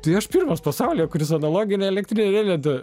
tai aš pirmas pasaulyje kuris analoginę elektrinę riedlentę